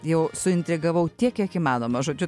jau suintrigavau tiek kiek įmanoma žodžiu